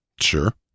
Sure